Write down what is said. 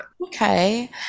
Okay